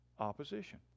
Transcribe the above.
opposition